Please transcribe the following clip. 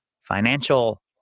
financial